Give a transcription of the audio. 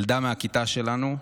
ילדה מהכיתה שלנו,